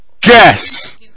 guess